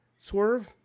Swerve